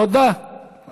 תודה